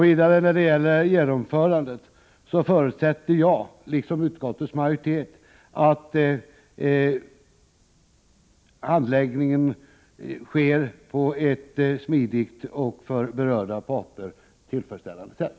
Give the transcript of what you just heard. Beträffande genomförandet förutsätter jag, liksom utskottets majoritet, att handläggningen sker på ett smidigt och för de berörda parterna tillfredsställande sätt.